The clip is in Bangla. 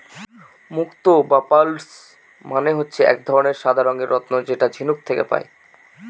মুক্ত বা পার্লস মানে হচ্ছে এক ধরনের সাদা রঙের রত্ন যেটা ঝিনুক থেকে পায়